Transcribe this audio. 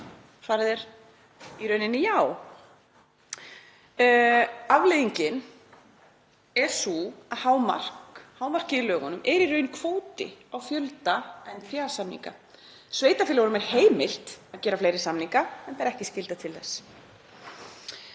væri í rauninni já. Afleiðingin er sú að hámarkið í lögunum er í raun kvóti á fjölda NPA-samninga. Sveitarfélögunum er heimilt að gera fleiri samninga en ber ekki skylda til þess.